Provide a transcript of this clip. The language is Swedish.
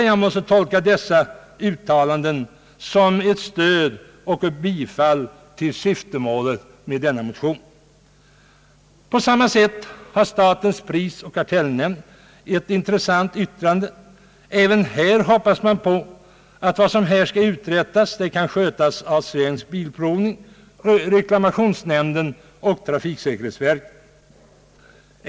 Jag måste tolka dessa uttalanden som ett stöd och ett bifall till syftemålet med vår motion. Även statens prisoch kartellnämnd har avgivit ett intressant yttrande. Också den hoppas att vad som skall uträttas kan skötas av AB Svensk bil provning, reklamationsnämnden och trafiksäkerhetsverket.